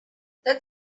that